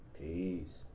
Peace